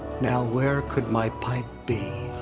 now where could my pipe be?